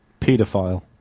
Pedophile